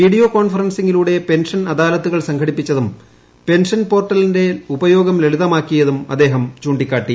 video കോൺഫറൻസിംഗിലൂടെ pension അദാലത്തുകൾ സംഘടിപ്പിച്ചതും പെൻഷൻ പോർട്ടലിന്റെ ഉപയോഗം ലളിതമാക്കിയതും അദ്ദേഹം ചൂണ്ടിക്കാട്ടി